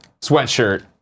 sweatshirt